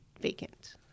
vacant